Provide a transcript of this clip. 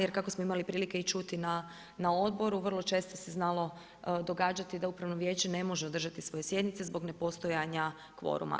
Jer kako smo imali prilike čuti i na odboru, vrlo često se znalo događati, da upravno vijeće ne može održati svoje sjednice zbog nepostojanja kvoruma.